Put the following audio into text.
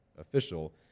official